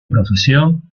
profesión